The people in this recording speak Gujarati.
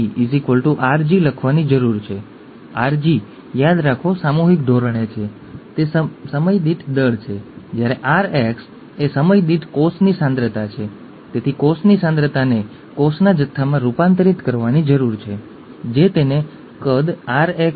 તે કરવા માટે આપણે આપણી વર્તમાન પરિભાષાને મેન્ડેલ દ્વારા વિકાસ દરમિયાન અસ્તિત્વમાં રહેલી પરિભાષા સાથે મેપ કરવી પડશે ઠીક છે અથવા તે પછી તરત જ ઘણા વર્ષો સુધી